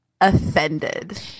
offended